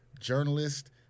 journalist